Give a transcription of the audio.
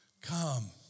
come